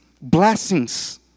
blessings